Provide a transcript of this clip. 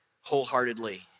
wholeheartedly